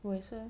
我也是 eh